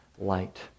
light